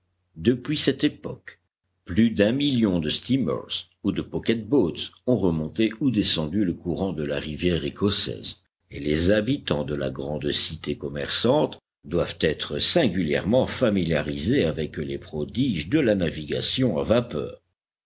depuis cette époque plus d'un million de steamers ou de pocket boats ont remonté ou descendu le courant de la rivière écossaise et les habitants de la grande cité commerçante doivent être singulièrement familiarisés avec les prodiges de la navigation à vapeur